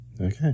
Okay